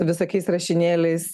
visokiais rašinėliais